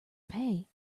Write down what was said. pay